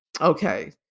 okay